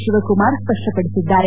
Shivakumar ಸ್ಪಪ್ಪಪಡಿಸಿದ್ದಾರೆ